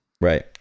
Right